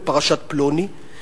בפרשת פלוני,